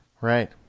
Right